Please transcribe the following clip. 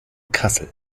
kassel